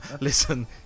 listen